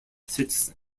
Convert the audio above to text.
citizen